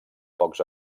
pocs